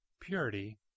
Purity